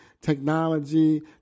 technology